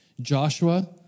Joshua